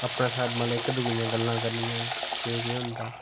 अपने स्हाबें मतलब इक दुए दियां गल्लां करनियां केह् केह् होंदा